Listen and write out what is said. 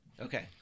okay